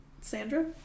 Sandra